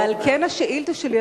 ועל כן השאילתא שלי,